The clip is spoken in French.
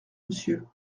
monsieur